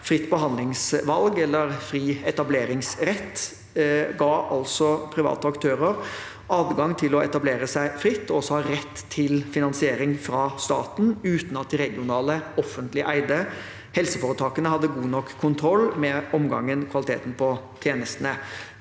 Fritt behandlingsvalg, eller fri etableringsrett, ga altså private aktører adgang til å etablere seg fritt og også ha rett til finansiering fra staten, uten at de regionale, offentlig eide helseforetakene hadde god nok kontroll med kvaliteten på tjenestene.